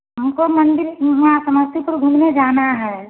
हमको मंदिर वहाँ समस्तीपुर घूमनें जाना है